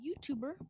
YouTuber